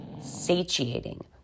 satiating